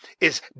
is